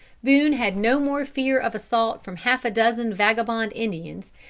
boone had no more fear of assault from half a dozen vagabond indians,